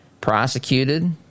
prosecuted